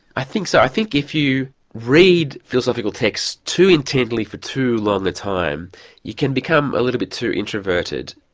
i think so, i think if you read philosophical texts too intently for too long a time you can become a little bit too introverted.